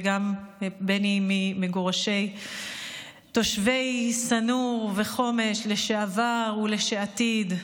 ובני הוא גם ממגורשי תושבי שא-נור וחומש לשעבר ולעתיד,